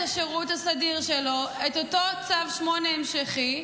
השירות הסדיר שלו את אותו צו 8 המשכי,